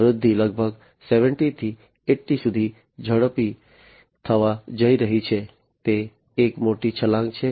વૃદ્ધિ લગભગ 70 થી 80 સુધી ઝડપી થવા જઈ રહી છે તે એક મોટી છલાંગ છે